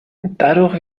dadurch